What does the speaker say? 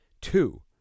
Two